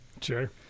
Sure